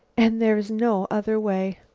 and there is no other way.